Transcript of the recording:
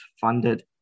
funded